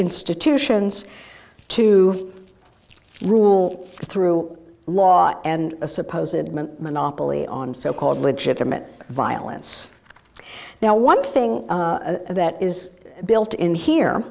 institutions to rule through law and a supposedly monopoly on so called legitimate violence now one thing that is built in here